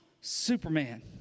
Superman